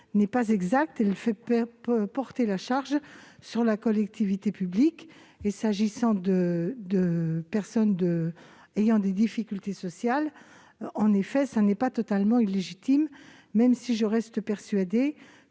n'est pas exact : elle ferait peser la charge sur la collectivité publique. S'agissant de personnes éprouvant des difficultés sociales, une telle mesure n'est pas totalement illégitime, même si je reste persuadée